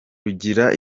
rugira